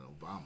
Obama